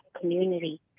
community